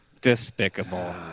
despicable